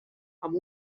amb